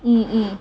mm mm